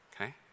Okay